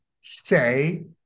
say